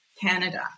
Canada